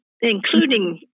including